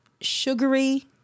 sugary